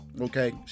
Okay